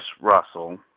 Russell